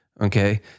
Okay